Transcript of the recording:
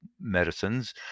medicines